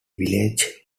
village